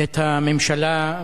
את הממשלה,